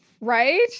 right